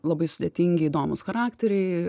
labai sudėtingi įdomūs charakteriai